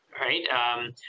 right